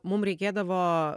mum reikėdavo